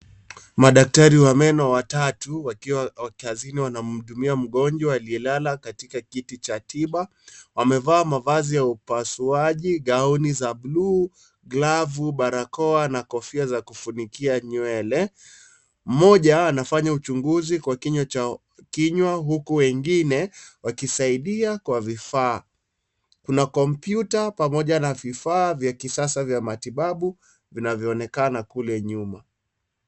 Madaktari wa meno watatu wakiwa kazini wanamdumia mgonjwa aliyelala katika kiti cha tiba. Wamevaa mavazi ya upasuaji gauni za bluu, glavu, barakoa na kofia za kufunikia nywele. Moja anafanya uchunguzi kwa kinywa cha kinywa huku wengine wakisaidia kwa vifaa. Kuna kompyuta pamoja na vifaa vya kisasa vya matibabu vinavyoonekana kule nyuma.